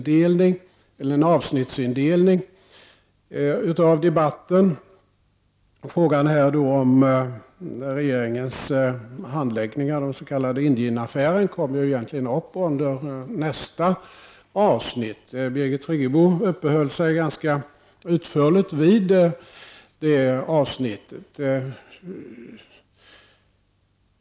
Debatten är indelad i avsnitt och regeringens handläggning av den s.k. Indienaffären kommer egentligen upp under nästa avsnitt. Birgit Friggebo uppehöll sig ganska utförligt vid Indienaffären.